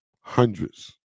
hundreds